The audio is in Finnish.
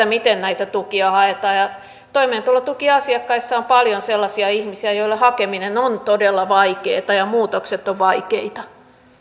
miten näitä tukia haetaan toimeentulotukiasiakkaissa on paljon sellaisia ihmisiä joille hakeminen on todella vaikeata ja muutokset ovat vaikeita